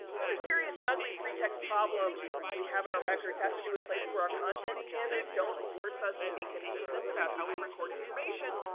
another serious and ugly free text problem we have in our records has to do with places where our content standards don't force us to be consistent about how we record information,